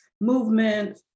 movement